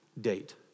date